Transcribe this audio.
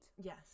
Yes